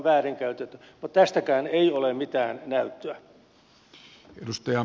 mutta tästäkään ei ole mitään näyttöä